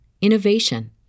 innovation